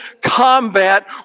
combat